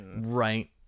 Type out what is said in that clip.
Right